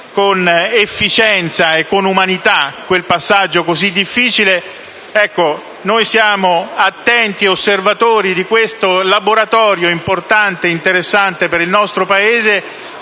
con efficienza e umanità, quel passaggio così difficile. Siamo attenti osservatori di questo laboratorio importante e interessante per il nostro Paese,